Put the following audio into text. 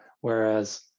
whereas